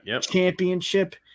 championship